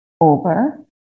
over